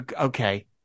okay